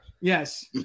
yes